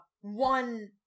one